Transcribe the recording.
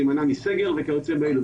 להימנע מסגר וכיוצא באלה.